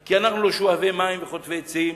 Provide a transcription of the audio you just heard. כי אנחנו לא שואבי מים וחוטבי עצים